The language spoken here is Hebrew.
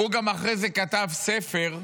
אחרי זה הוא גם כתב ספר,